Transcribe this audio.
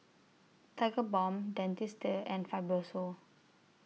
Tigerbalm Dentiste and Fibrosol